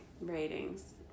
ratings